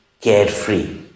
carefree